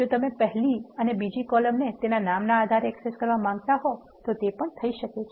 જો તમે પહેલી અને બીજી કોલમને તેના નામ ના આધારે એક્સેસ કરવા માંગતા હોય તો તે પણ થઇ શકે છે